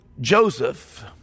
Joseph